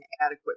adequate